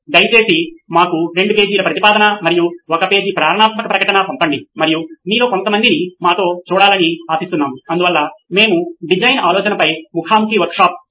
దయచేసి మాకు రెండు పేజీల ప్రతిపాదన మరియు ఒక పేజీ ప్రేరణాత్మక ప్రకటన పంపండి మరియు మీలో కొంతమందిని మాతో చూడాలని మేము ఆశిస్తున్నాము అందువల్ల మేము డిజైన్ ఆలోచనపై ముఖాముఖి వర్క్షాప్ చేయవచ్చు